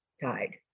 died